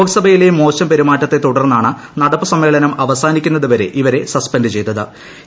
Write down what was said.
ലോക്സഭയിലെ മോശം പെരുമാറ്റത്തെ തുടർന്നാണ് നടപ്പ് സമ്മേളനം അവസാനിക്കുന്നതുവരെ ഇവരെ സസ്പെന്റ് ചെയ്ത്ത്